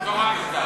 בתוך המסגד.